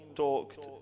talked